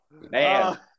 Man